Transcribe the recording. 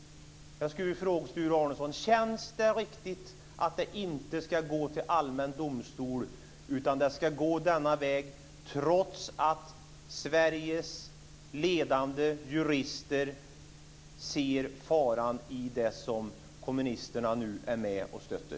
Jag skulle vilja fråga Sture Arnesson om det känns riktigt att ärendena inte ska gå till allmän domstol utan denna väg, trots att Sveriges ledande jurister ser faran i det förslag som kommunisterna nu är med och stöttar.